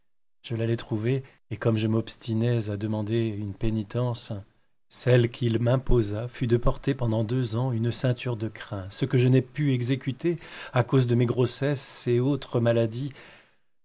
je l'allai trouver et comme je m'obstinais à demander une pénitence celle qu'il m'imposa fut de porter pendant deux ans une ceinture de crin ce que je n'ai pu exécuter à cause de mes grossesses et autres maladies